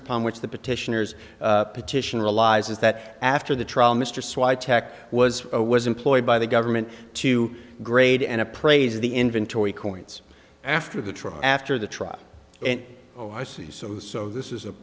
upon which the petitioners petition realizes that after the trial mr swad tech was a was employed by the government to grade and appraise the inventory coins after the trial after the trial and i see so so this is a